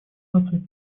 наций